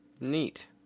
Neat